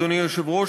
אדוני היושב-ראש,